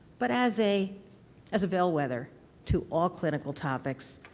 but as a as a bellwether to all clinical topics.